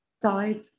died